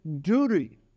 duty